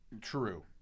True